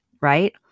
right